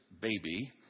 baby